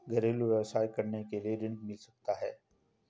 घरेलू व्यवसाय करने के लिए ऋण मिल सकता है?